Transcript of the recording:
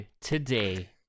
today